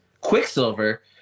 Quicksilver